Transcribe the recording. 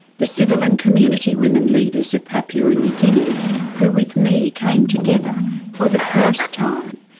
the civil and community women leaders of papua new guinea who, with me, came together for the first time,